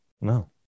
no